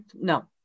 no